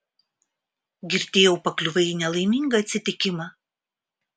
girdėjau pakliuvai į nelaimingą atsitikimą